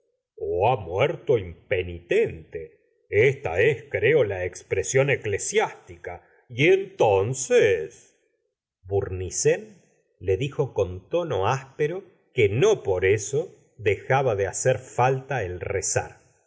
ha muerto impenitente esta es creo la expresión eclesiástica y entonces bournisien le dijo con tono áspero que no por eso d jaba de hacer falta el rezar